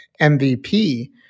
MVP